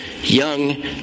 young